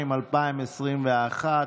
2), התשפ"א 2021,